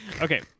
Okay